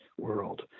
world